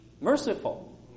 merciful